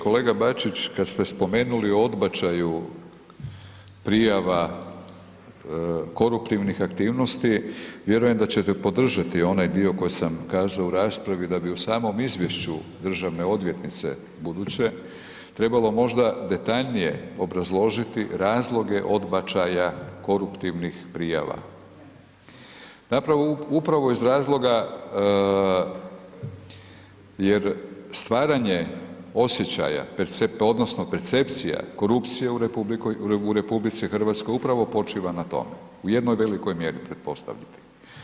Kolega Bačić, kad ste spomenuli o odbačaju prijava koruptivnih aktivnosti, vjerujem da ćete podržati onaj dio koji sam kazao u raspravi da bi u samom izvješću državne odvjetnice buduće, trebalo možda detaljnije obrazložiti razloge odbačaja koruptivnih prijava. .../nerazumljivo/... upravo iz razloga jer stvaranje osjećaja, odnosno percepcija korupcije u RH upravo počiva na tome, u jednoj velikoj mjeri, pretpostavljate.